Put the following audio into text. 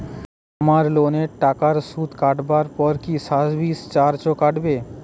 আমার লোনের টাকার সুদ কাটারপর কি সার্ভিস চার্জও কাটবে?